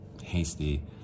hasty